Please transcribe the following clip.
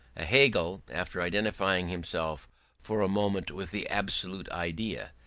a hegel, after identifying himself for a moment with the absolute idea,